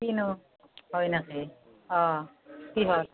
কিনো হয় নেকি অ কি হয়